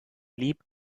liebt